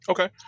Okay